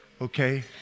okay